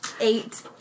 Eight